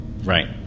Right